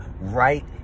right